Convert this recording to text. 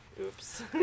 Oops